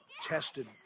tested